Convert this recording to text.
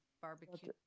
barbecue